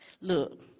Look